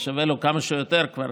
אז שווה לו כמה שיותר כבר